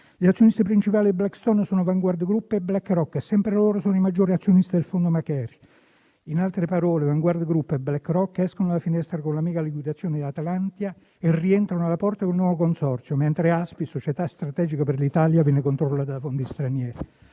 Gli azionisti principali di Blackstone sono Vanguard Group e BlackRock, e sempre loro sono i maggiori azionisti del fondo Macquarie. In altre parole, Vanguard Group e BlackRock escono dalla finestra con la mega liquidazione di Atlantia e rientrano dalla porta con il nuovo consorzio, mentre Aspi, società strategica per l'Italia, viene controllata da fondi stranieri.